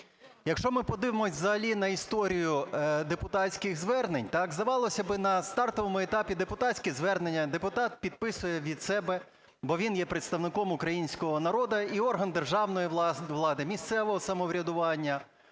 Якщо ми подивимося взагалі на історію депутатських звернень, здавалося б, на стартовому етапі депутатське звернення депутат підписує від себе, бо він є представником українського народу, і орган державної влади, місцевого самоврядування